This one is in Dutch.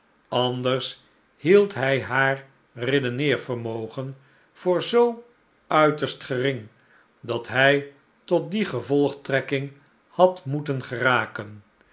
anders hield hij haar redeneervermogen voor zoo uiterst gering dat hi tot die gevolgtrekking had moeten geraken